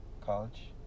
college